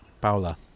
Paula